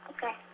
Okay